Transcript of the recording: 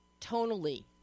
tonally